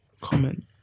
comment